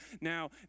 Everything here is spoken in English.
Now